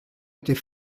était